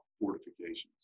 fortifications